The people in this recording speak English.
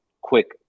quick